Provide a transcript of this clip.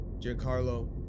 Giancarlo